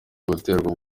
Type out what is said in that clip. guterwa